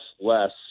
less